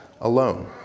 alone